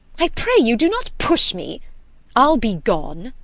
i pray you, do not push me i'll be gone